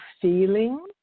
feeling